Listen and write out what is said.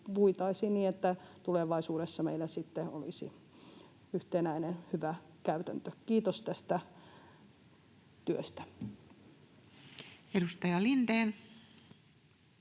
niin, että tulevaisuudessa meillä sitten olisi yhtenäinen hyvä käytäntö. Kiitos tästä työstä. [Speech 30]